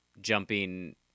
jumping